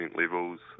levels